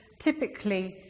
typically